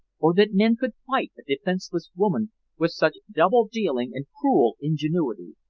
or that men could fight a defenseless woman with such double-dealing and cruel ingenuity.